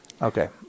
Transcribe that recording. Okay